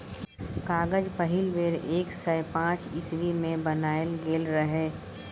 कागज पहिल बेर एक सय पांच इस्बी मे बनाएल गेल रहय